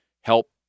help